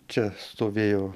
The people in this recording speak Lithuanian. čia stovėjo